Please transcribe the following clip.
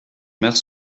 mère